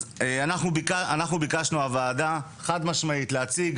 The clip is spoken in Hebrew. אנחנו ביקשנו, הוועדה, חד משמעית, להציג